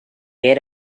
heard